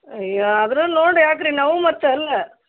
ಅಯ್ಯೋ ಅದ್ರಲ್ಲಿ ನೋಡಿ ಹಾಕ್ರಿ ನಾವು ಮತ್ತೆ ಅಲ್ಲ